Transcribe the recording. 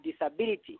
disability